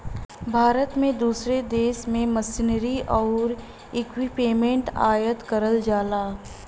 भारत में दूसरे देश से मशीनरी आउर इक्विपमेंट आयात करल जाला